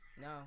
No